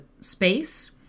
space